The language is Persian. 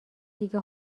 دیگه